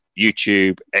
YouTube